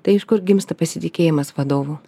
tai iš kur gimsta pasitikėjimas vadovu